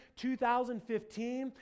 2015